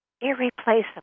Irreplaceable